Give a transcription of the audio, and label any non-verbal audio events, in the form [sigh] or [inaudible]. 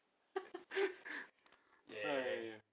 [noise]